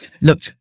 Look